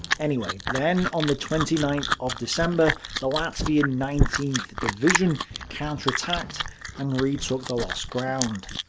anyway, then, on the twenty ninth of december, the latvian nineteenth division counterattacked and retook the lost ground.